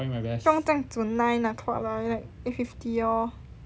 不用这样准 nine o'clock lah like eight fifty lor